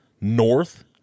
north